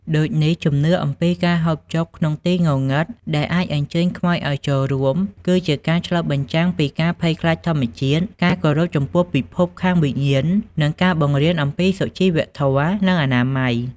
ដូចនេះជំនឿអំពីការហូបចុកក្នុងទីងងឹតដែលអាចអញ្ជើញខ្មោចឲ្យចូលរួម គឺជាការឆ្លុះបញ្ចាំងពី ការភ័យខ្លាចធម្មជាតិ ការគោរពចំពោះពិភពខាងវិញ្ញាណ និង ការបង្រៀនអំពីសុជីវធម៌ និងអនាម័យ ។